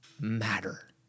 matter